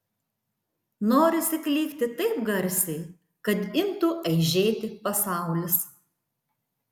norisi klykti taip garsiai kad imtų aižėti pasaulis